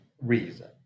reason